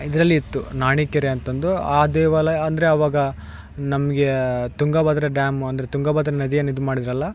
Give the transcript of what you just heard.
ಇದರಲ್ಲಿ ಇತ್ತು ನಾಣಿಕೆರೆ ಅಂತಂದು ಆ ದೇವಾಲಯ ಅಂದರೆ ಅವಾಗ ನಮಗೆ ತುಂಗಭದ್ರ ಡ್ಯಾಮು ಅಂದರೆ ತುಂಗಭದ್ರ ನದಿಯೇನು ಇದುಮಾಡಿದ್ರಲ್ಲ